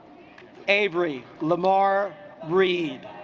avery lamar reed